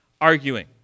arguing